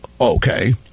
Okay